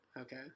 Okay